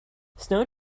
snow